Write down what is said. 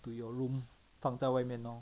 to your room 放在外面 lor